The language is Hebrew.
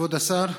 כבוד השר,